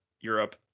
Europe